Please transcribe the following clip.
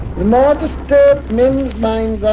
more disturbed men's minds are,